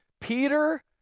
Peter